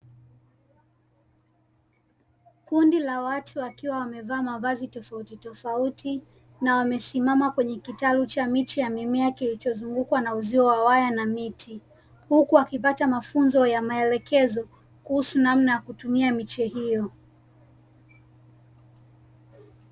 Kundi la watu wakiwa wamevaa mavazi tofauti tofauti, na wamesimama kwenye kitalu cha miche ya mimea kilichozungukwa na uzio wa waya na miti. Huku wakipata mafunzo ya maelekezo kuhusu namna ya kutumia miche hiyo.